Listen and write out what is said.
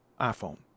iPhone